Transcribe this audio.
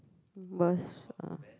worst ah